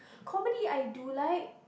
comedy I do like